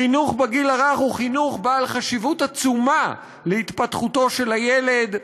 חינוך בגיל הרך הוא חינוך בעל חשיבות עצומה להתפתחותו של הילד,